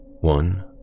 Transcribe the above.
One